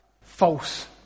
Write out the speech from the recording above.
false